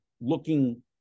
looking